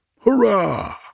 Hurrah